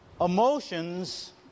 emotions